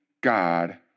God